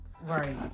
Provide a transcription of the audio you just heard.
Right